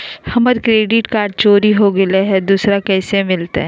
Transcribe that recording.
हमर credit card चोरी हो गेलय हई, दुसर कैसे मिलतई?